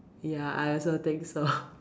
ya I also think so